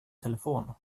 telefon